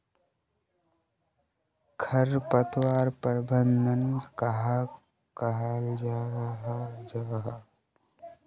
खरपतवार प्रबंधन कहाक कहाल जाहा जाहा?